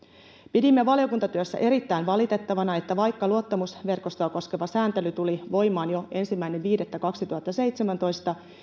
pidimme valiokuntatyössä erittäin valitettavana että vaikka luottamusverkostoa koskeva sääntely tuli voimaan jo ensimmäinen viidettä kaksituhattaseitsemäntoista